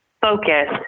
focus